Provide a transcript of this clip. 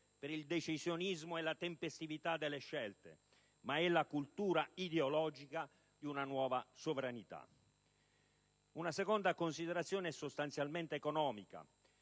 per il decisionismo e la tempestività delle scelte, ma la cultura ideologica di una nuova sovranità. Una seconda considerazione è sostanzialmente economica,